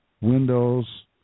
Windows